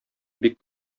бик